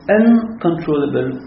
uncontrollable